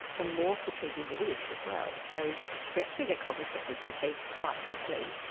the more fatiguing it is as well. so we actually get cognitively fatigued quite quickly,